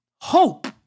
Hope